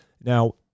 Now